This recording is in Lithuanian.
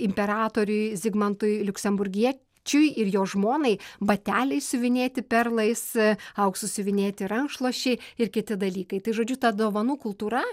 imperatoriui zigmantui liuksemburgiečiui ir jo žmonai bateliai siuvinėti perlais auksu siuvinėti rankšluosčiai ir kiti dalykai tai žodžiu ta dovanų kultūra